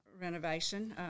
renovation